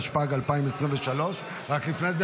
התשפ"ג 2023. רק לפני זה,